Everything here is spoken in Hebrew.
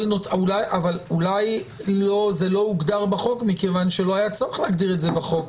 אבל אולי זה לא הוגדר בחוק מכיוון שלא היה צורך להגדיר את זה בחוק,